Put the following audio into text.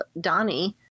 donnie